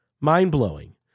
Mind-blowing